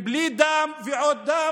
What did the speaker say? ובלי דם ועוד דם.